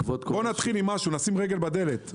בוא נתחיל עם משהו; נשים רגל בדלת.